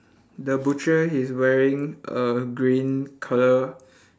the butcher he's wearing a green colour